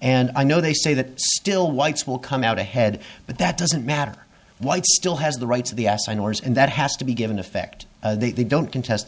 and i know they say that still whites will come out ahead but that doesn't matter white still has the rights of the asinine orders and that has to be given effect the they don't contest